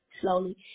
slowly